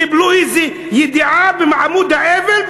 קיבלו איזה ידיעה בעמוד האבל,